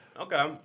Okay